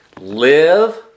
Live